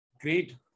Great